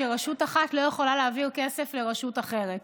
שרשות אחת לא יכולה להעביר כסף לרשות אחרת,